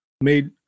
made